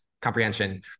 comprehension